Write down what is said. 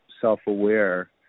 self-aware